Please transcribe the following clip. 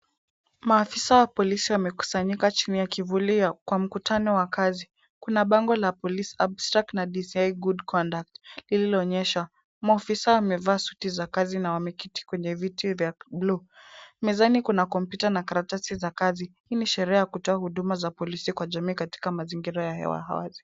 Maafisa wa polisi wamekusanyika chini ya kivuli kwa mkutano wa kazi. Kuna bango la Police Abstract na DCI Good Conduct lililoonyeshwa. Maofisa wamevaa suti za kazi na wameketi kwenye viti vya bluu. Mezani kuna kompyuta na karatasi za kazi. Hii ni sherehe ya kutoa huduma za polisi katika mazingira ya wazi.